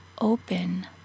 open